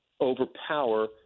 overpower